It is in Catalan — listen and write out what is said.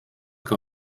que